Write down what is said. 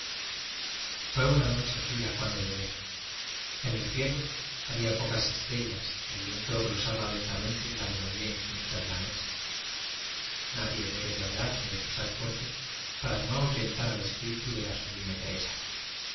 ué una noche fría cuando llegué en el ci k a ia pocas estrellas y el viento glosa a lentamente ajnelodía infinita de la a che nadie debe de hablar ni de pisar erte para no ahuyentar al espíritu de la subl